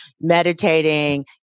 Meditating